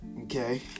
Okay